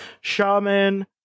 Shaman